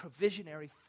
provisionary